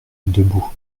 debout